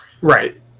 Right